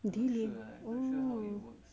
daily ah mm